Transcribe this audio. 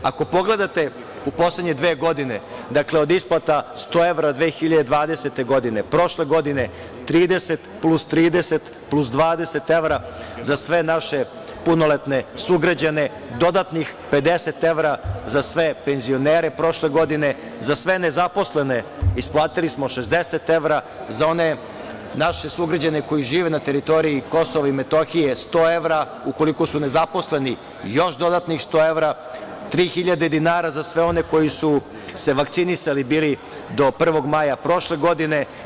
Ako pogledate u poslednje dve godine, dakle, od isplata 100 evra, 2020. godine, prošle godine 30 plus 30, plus 20 evra za sve naše punoletne sugrađane, dodatnih 50 evra za sve penzionere prošle godine, za sve nezaposlene isplatili smo 60 evra, za one naše sugrađane koji žive na teritoriji Kosova i Metohije 100 evra, ukoliko su nezaposleni još dodatnih 100 evra, 3.000 dinara za sve one koji su se vakcinisali bili do 1. maja prošle godine.